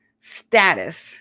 status